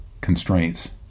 constraints